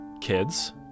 kids